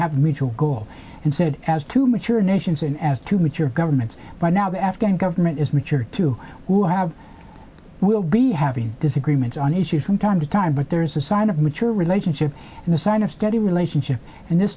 have mutual goal and said as to mature nations and as to mature governments by now the afghan government is mature too will have we'll be having disagreements on issues from time to time but there is a sign of mature relationship and the sign of steady relationship and this